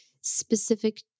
specific